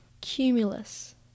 cumulus